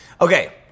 Okay